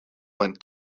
went